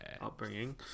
upbringing